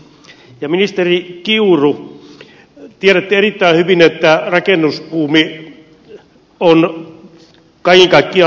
ja ministeri kiuru tiedätte erittäin hyvin että rakennusbuumi on kaiken kaikkiaan laskemassa